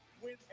win